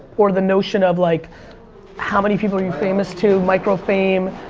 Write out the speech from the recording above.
or the notion of like how many people you're famous to, micro fame,